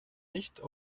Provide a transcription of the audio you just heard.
nicht